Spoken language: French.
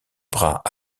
bras